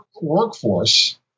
workforce